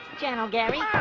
channel, gary.